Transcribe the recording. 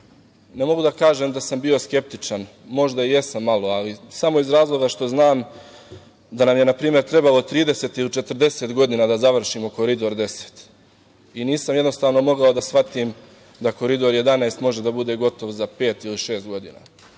ne mogu da kažem da sam bio skeptičan, možda jesam malo, ali samo iz razlog što znam da nam je na primer trebalo 30 ili 40 godina da završimo Koridor 10 i nisam mogao da shvatim da Koridor 11 može da bude gotov za pet ili šest godina,